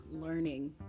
learning